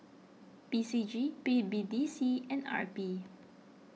P C G B B D C and R P